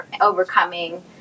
overcoming